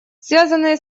связанные